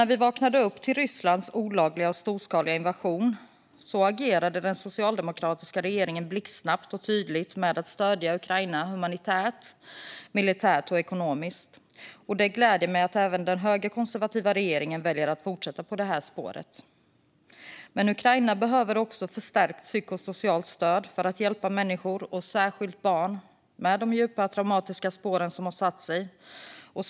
När vi vaknade till Rysslands olagliga och storskaliga invasion av Ukraina agerade den socialdemokratiska regeringen blixtsnabbt och tydligt med att stödja Ukraina humanitärt, militärt och ekonomiskt. Det gläder mig att den högerkonservativa regeringen väljer att fortsätta på det spåret, men Ukraina behöver också förstärkt psykosocialt stöd för att hjälpa människor - särskilt barn - med de djupa traumatiska spår som satts hos dem.